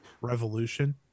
revolution